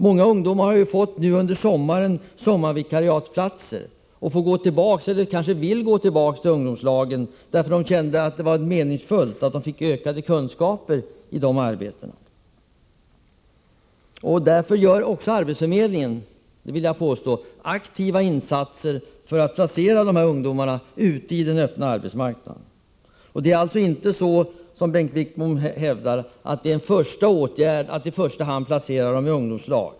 Många ungdomar har ju nu under sommaren fått sommarvikariatsplatser och får, eller vill, gå tillbaka till ungdomslagen — eftersom de känt att det var meningsfullt, att de fick ökade kunskaper i de arbetena. Arbetsförmedlingen gör också — det vill jag påstå — aktiva insatser för att placera de här ungdomarna ute i den öppna arbetsmarknaden. Det är alltså inte så som Bengt Wittbom hävdar att den första åtgärden är att placera dem i ungdomslag.